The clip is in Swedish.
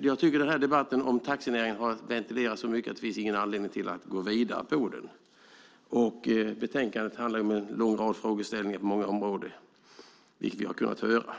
Jag tycker att debatten om taxinäringen har ventilerats så mycket att det inte finns någon anledning att gå vidare i den. Och betänkandet handlar om en lång rad frågeställningar på många områden, vilket vi har kunnat höra.